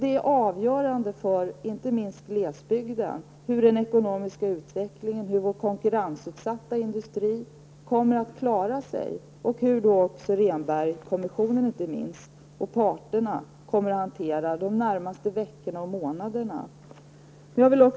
Det är avgörande för inte minst glesbygden hur den ekonomiska utvecklingen formar sig och hur våra konkurrensutsatta industrier kommer att klara sig samt hur Rehnbergkommissionen och parterna kommer att handla de närmaste veckorna och månaderna.